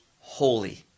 holy